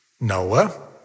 Noah